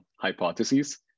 hypotheses